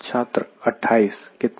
छात्र 28 कितना